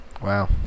Wow